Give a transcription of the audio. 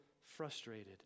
frustrated